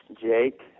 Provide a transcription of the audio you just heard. Jake